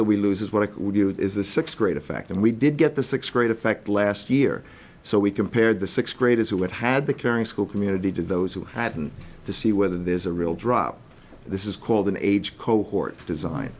that we lose is what is the sixth grade effect and we did get the sixth grade effect last year so we compared the sixth graders who had had the caring school community to those who happen to see whether there's a real drop this is called an age cohort design